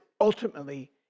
ultimately